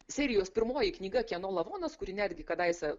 serijos pirmoji knyga kieno lavonas kuri netgi kadaise